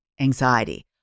anxiety